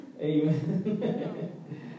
Amen